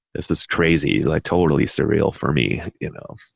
this is crazy. like totally surreal for me, you know.